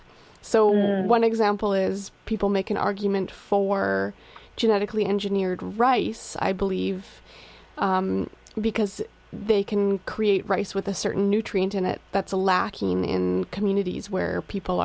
so one example is people make an argument for genetically engineered rice i believe because they can create rice with a certain nutrient in it that's a lacking in communities where people